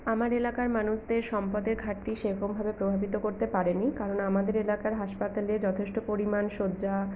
আমার এলাকার মানুষদের সম্পদের ঘাটতি সেরকমভাবে প্রভাবিত করতে পারেনি কারণ আমাদের এলাকার হাসপাতালে যথেষ্ট পরিমাণ শয্যা